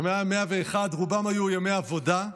וה-101 רובם היו ימי עבודה.